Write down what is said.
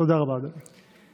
תודה רבה, אדוני.